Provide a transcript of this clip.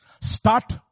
Start